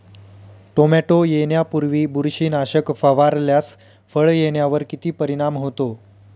Tomato येण्यापूर्वी बुरशीनाशक फवारल्यास फळ येण्यावर किती परिणाम होतो?